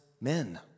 men